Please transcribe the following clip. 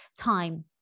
time